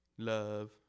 Love